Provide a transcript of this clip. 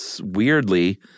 weirdly